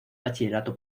bachillerato